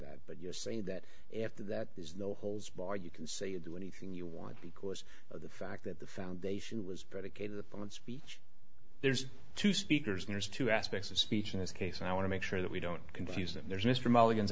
that but you're saying that after that there's no holds barred you can say do anything you want because of the fact that the foundation was predicated upon speech there's two speakers and there's two aspects of speech in this case and i want to make sure that we don't confuse them there's mr mullins